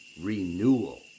renewal